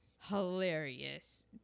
hilarious